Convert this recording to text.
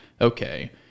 okay